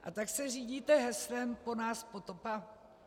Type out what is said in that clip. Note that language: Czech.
A tak se řídíte heslem po nás potopa?